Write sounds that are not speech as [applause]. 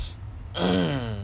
[noise]